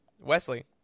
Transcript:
Wesley